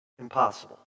Impossible